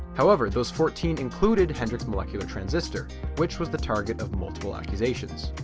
however those fourteen included hendrik's molecular transistor which was the target of multiple accusations.